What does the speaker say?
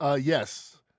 Yes